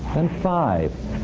then five,